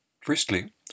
Firstly